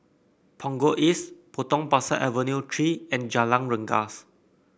Punggol East Potong Pasir Avenue Three and Jalan Rengas